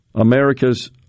America's